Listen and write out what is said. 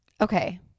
Okay